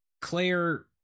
Claire